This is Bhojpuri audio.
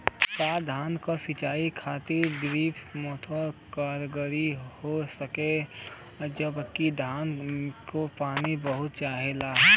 का धान क सिंचाई खातिर ड्रिप मेथड कारगर हो सकेला जबकि धान के पानी बहुत चाहेला?